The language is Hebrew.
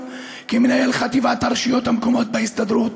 כמנהל חטיבת הרשויות המקומיות בהסתדרות.